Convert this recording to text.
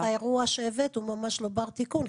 האירוע שהבאת הוא ממש לא בר תיקון,